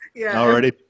Already